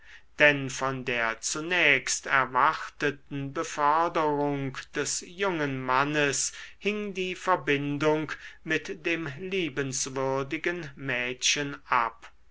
denn von der zunächst erwarteten beförderung des jungen mannes hing die verbindung mit dem liebenswürdigen mädchen ab